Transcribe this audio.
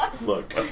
Look